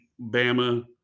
Bama